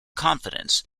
confidence